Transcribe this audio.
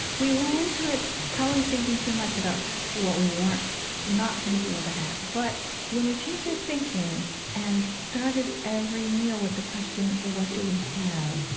we went into it probably thinking too much about what we were not going to be able to have. but when we changed our thinking and started every meal with the question, what do we have?